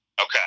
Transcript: Okay